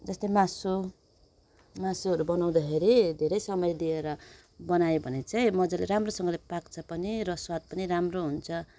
जस्तै मासु मासुहरू बनाउँदाखेरि धेरै समय दिएर बनायो भने चाहिँ मजाले राम्रोसँगले पाक्छ पनि र स्वाद पनि राम्रो हुन्छ